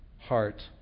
heart